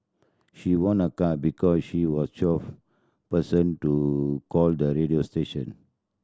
she won a car because she was twelfth person to call the radio station